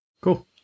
Cool